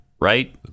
right